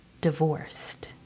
divorced